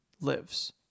lives